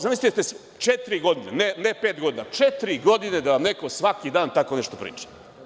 Zamislite, četiri godine, ne pet godina, četiri godine da vam neko svaki dan tako nešto priča?